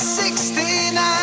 69